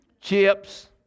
chips